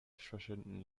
verschwinden